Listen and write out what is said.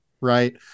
Right